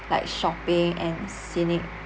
like shopping and scenic